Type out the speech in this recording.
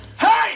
Hey